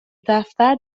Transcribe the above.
دفتر